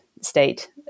state